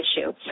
issue